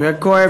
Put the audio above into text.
והוא יהיה כואב,